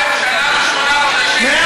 א.